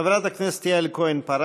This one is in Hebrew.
חברת הכנסת יעל כהן-פארן,